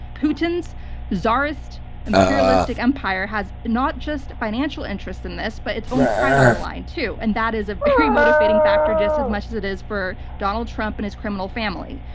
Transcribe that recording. putin's ah tsarist, imperialistic empire has not just financial interest in this, but its own pride on the line, too. and that is a very motivating factor, just as much as it is for donald trump and his criminal family.